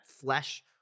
flesh